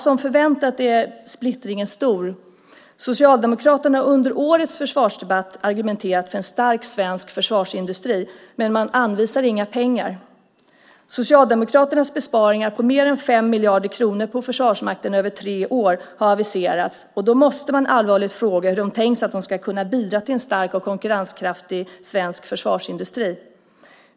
Som förväntat är splittringen stor. Socialdemokraterna har under årets försvarsdebatt argumenterat för en stark svensk försvarsindustri, men man anvisar inga pengar. Socialdemokraternas besparingar på mer än 5 miljarder kronor på Försvarsmakten över tre år har aviserats, och då måste man allvarligt fråga hur de tänkt sig att det skulle kunna bidra till en stark och konkurrenskraftig svensk försvarsindustri.